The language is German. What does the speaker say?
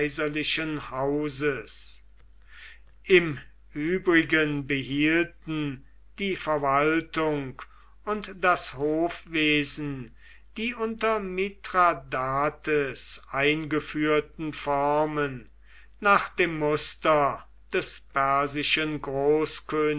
hauses im übrigen behielten die verwaltung und das hofwesen die unter mithradates eingeführten formen nach dem muster des persischen